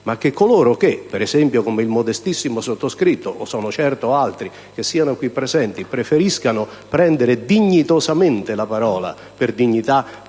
che coloro, come ad esempio il modestissimo sottoscritto, e sono certo altri qui presenti, preferiscano prendere dignitosamente la parola, per dignità